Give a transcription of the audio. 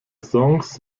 songs